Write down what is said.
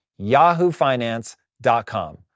yahoofinance.com